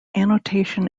annotation